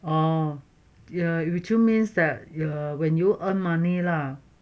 orh you means that you when you earn money lah